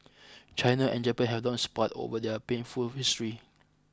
China and Japan have long sparred over their painful history